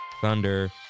Thunder